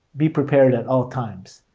be prepared at all times.